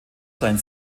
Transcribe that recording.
sein